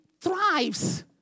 thrives